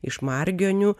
iš margionių